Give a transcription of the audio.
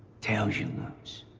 tails, you lose.